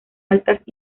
altas